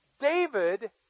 David